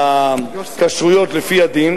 את הכשרויות לפי הדין,